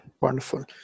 wonderful